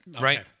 right